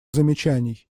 замечаний